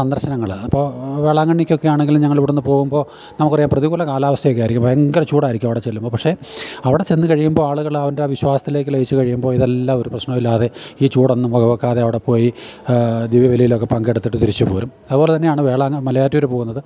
സന്ദർശനങ്ങള് അപ്പോള് വെളാങ്കണ്ണിക്കൊക്കെ ആണെങ്കിലും ഞങ്ങളിവിടുന്ന് പോവുമ്പോള് നമുക്കറിയാം പ്രതികൂല കാലാവസ്ഥയൊക്കെ ആയിരിക്കും ഭയങ്കര ചൂടായിരിക്കും അവിടെ ചെല്ലുമ്പോള് പക്ഷെ അവടെ ചെന്നുകഴിയുമ്പോള് ആളുകള് അവൻ്റെ ആ വിശ്വാസത്തിലേക്കു ലയിച്ചു കഴിയുമ്പോള് ഇതെല്ലാം ഒരു പ്രശ്നവുമില്ലാതെ ഈ ചൂടൊന്നും വകവയ്ക്കാതെ അവിടെ പോയി ദിവ്യ ബലിയിലൊക്കെ പങ്കെടുത്തിട്ടു തിരിച്ചു പോരും അതുപോലെ തന്നെയാണ് മലയാറ്റൂരില് പോകുന്നത്